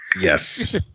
Yes